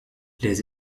les